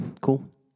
cool